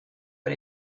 but